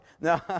No